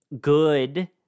good